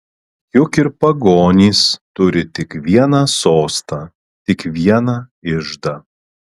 juk ir pagonys turi tik vieną sostą tik vieną iždą